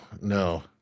no